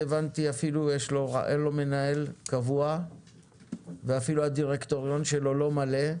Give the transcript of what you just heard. אפילו אין לו מנהל קבוע והדירקטוריון שלו לא מלא,